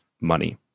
money